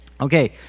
Okay